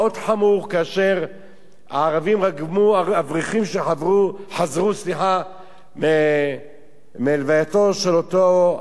כאשר הערבים רגמו אברכים שחזרו מהלווייתו של אותו האדמו"ר,